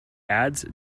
ads